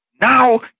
now